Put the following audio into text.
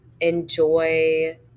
Enjoy